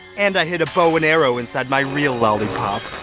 and i hid a bow-and-arrow inside my real lollipop.